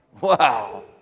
Wow